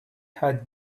had